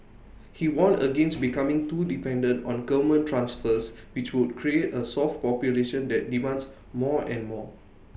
he warned against becoming too dependent on government transfers which would create A soft population that demands more and more